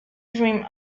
dream